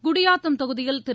குடியாத்தம் தொகுதியில் திரு